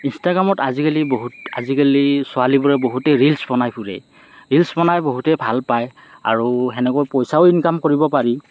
ইঞ্চটাগ্ৰামত আজিকালি বহুত আজিকালি ছোৱালীবোৰে বহুতে ৰিলচ বনাই ফুৰে ৰিলচ বনাই বহুতে ভাল পায় আৰু সেনেকৈ পইচাও ইনকাম কৰিব পাৰি